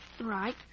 Right